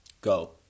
go